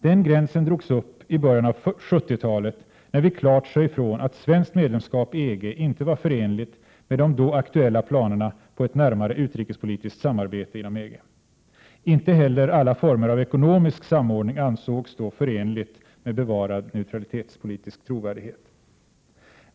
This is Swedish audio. Den gränsen drogs i början av 70-talet när vi klart sade ifrån att svenskt medlemskap i EG inte var förenligt med de då aktuella planerna på ett närmare utrikespolitiskt samarbete inom EG. Inte heller alla former av ekonomisk samordning ansågs då förenliga med bevarad neutralitetspolitisk trovärdighet.